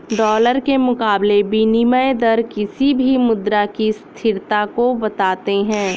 dollar के मुकाबले विनियम दर किसी भी मुद्रा की स्थिरता को बताते हैं